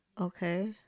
Okay